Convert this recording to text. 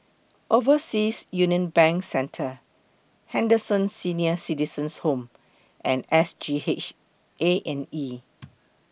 Overseas Union Bank Centre Henderson Senior Citizens' Home and S G H A and E